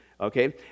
okay